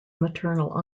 maternal